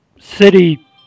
city